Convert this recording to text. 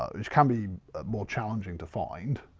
ah can be more challenging to find.